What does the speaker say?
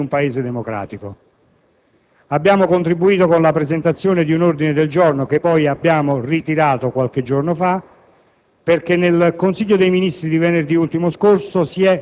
perché attiene a questioni importanti della vita di un Paese democratico. Vi abbiamo contribuito con la presentazione di un ordine del giorno, che poi abbiamo ritirato qualche giorno fa,